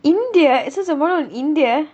india is this a one on india